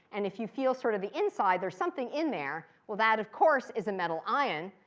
and if you feel sort of the inside, there's something in there. well that, of course, is a metal ion.